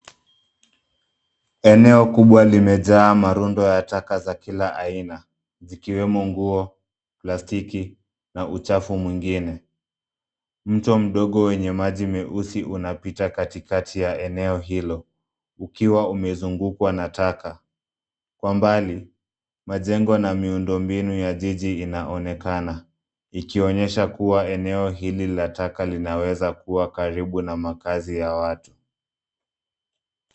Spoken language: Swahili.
Eneo kubwa limejaa marundo ya taka za kila aina zikiwemo nguo ,plastiki na uchafu mwingine ,mto wenye maji meusi unapita katikati ya eneo hilo ukiwa umezungukwa na taka, kwa mbali majengo na miundo mbinu ya jiji inaonekana ikionyesha kuwa eneo hili la taka linaweza kuwa karibu na makazi ya watu.